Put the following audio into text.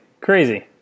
Crazy